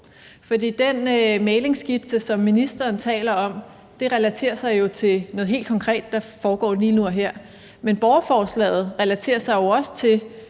den mæglingsskitse, som ministeren taler om, relaterer sig jo til noget helt konkret, der foregår lige nu og her, men borgerforslaget relaterer sig jo også til